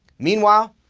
meanwhile,